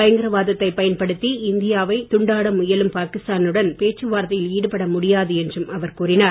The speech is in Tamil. பயங்கரவாதத்தைப் பயன்படுத்தி இந்தியாவை துண்டாட முயலும் பாகிஸ்தானுடன் பேச்சுவார்த்தையில் ஈடபட முடியாது என்றும் அவர் கூறினார்